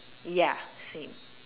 ya same